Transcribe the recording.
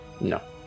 No